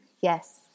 Yes